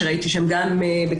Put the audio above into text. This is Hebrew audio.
שראיתי שהם גם במוזמנים,